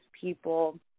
people